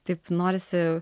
taip norisi